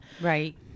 right